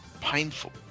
painful